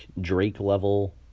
Drake-level